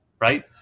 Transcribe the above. right